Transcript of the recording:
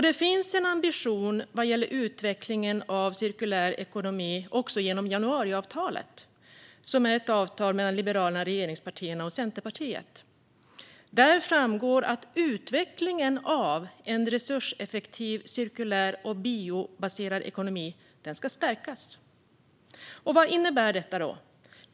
Det finns en ambition vad gäller utvecklingen av cirkulär ekonomi genom januariavtalet mellan Liberalerna, regeringspartierna och Centerpartiet. Där framgår att utvecklingen av en resurseffektiv, cirkulär och biobaserad ekonomi ska stärkas. Vad innebär detta?